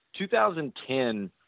2010